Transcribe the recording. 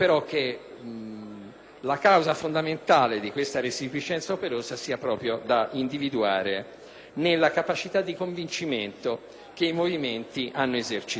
la causa fondamentale di tale resipiscenza operosa sia proprio da individuare nella capacità di convincimento che i movimenti hanno esercitato.